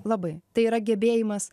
labai tai yra gebėjimas